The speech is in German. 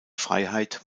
freiheit